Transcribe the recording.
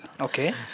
Okay